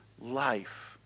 life